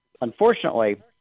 unfortunately